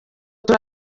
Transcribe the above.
turi